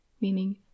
meaning